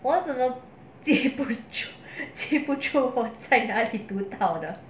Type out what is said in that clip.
我怎么记不住记不住在哪里读到的